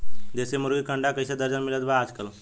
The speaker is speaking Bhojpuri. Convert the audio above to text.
देशी मुर्गी के अंडा कइसे दर्जन मिलत बा आज कल?